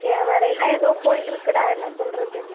என் வேலையெல்லாம் ஏதோ போயிட்டிருக்குடா என்ன சொல்கிறது